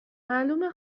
معلومه